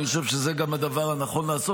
אני חושב שזה גם הדבר הנכון לעשות.